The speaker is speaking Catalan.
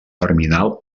terminal